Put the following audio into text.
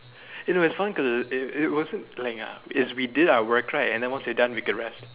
you know it's fun cause it it wasn't like uh we we did our work right and then once we're done we could rest